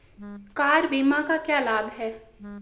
Car बीमा का क्या लाभ है?